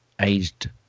aged